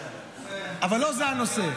אבל לא זה הנושא.